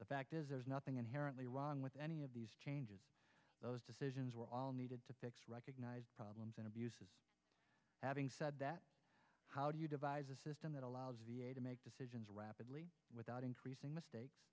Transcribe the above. the fact is there's nothing inherently wrong with any of these changes those decisions were all needed to fix recognised problems and abuses having said that how do you devise a system that allows the a to make decisions rapidly without increasing mistakes